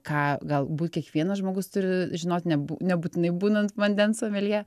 ką galbūt kiekvienas žmogus turi žinot nebū nebūtinai būnant vandens someljė